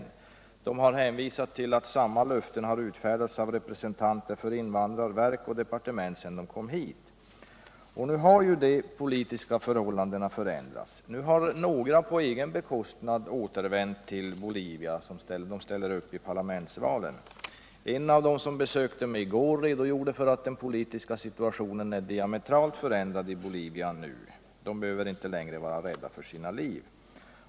Och de har hänvisat till att samma löften utfärdats av representanter för invandrarverk och departement sedan de kom hit. Nu har de politiska förhållandena förändrats. Några har på egen bekostnad återvänt till Bolivia — de ställer upp i parlamentsvalen. En av dem som besökte mig i går förklarade att den politiska situationen är diametralt annorlunda i Bolivia nu. De behöver inte längre vara rädda för sina liv.